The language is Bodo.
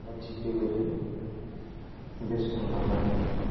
दा थिक बेबायदिनो बे समा बारलांबाय